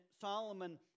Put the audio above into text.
Solomon